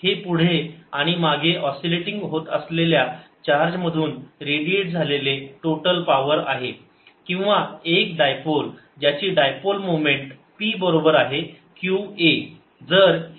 हे पुढे आणि मागे ऑस्सिलेटिंग होत असलेल्या चार्ज मधून रेडिएट झालेले टोटल पावर आहे किंवा एक डायपोल ज्याची डायपोल मोमेंट p बरोबर आहे q a